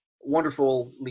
wonderful